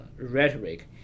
rhetoric